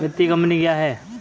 वित्तीय कम्पनी क्या है?